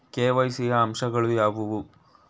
KYC ಯ ಅಂಶಗಳು ಯಾವುವು?